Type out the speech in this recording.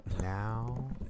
Now